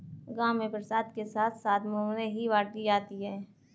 गांव में प्रसाद के साथ साथ मुरमुरे ही बाटी जाती है